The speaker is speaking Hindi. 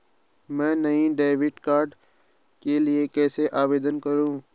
मैं नए डेबिट कार्ड के लिए कैसे आवेदन करूं?